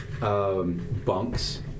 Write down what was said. bunks